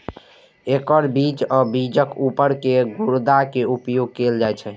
एकर बीज आ बीजक ऊपर के गुद्दा के उपयोग कैल जाइ छै